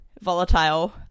volatile